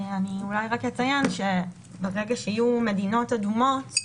אני אולי רק אציין שברגע שיהיו מדינות אדומות,